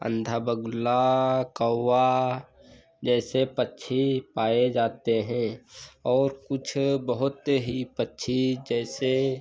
अन्धा बगुला कौआ जैसे पक्षी पाए जाते हैं और कुछ बहुत ही पक्षी जैसे